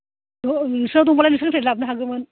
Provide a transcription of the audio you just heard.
नोंसिनाव दंबालाय नोंसिनिफ्रायनो लाबोनो हागौमोन